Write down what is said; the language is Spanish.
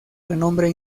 renombre